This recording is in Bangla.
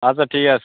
আচ্ছা ঠিক আছে